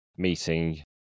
Meeting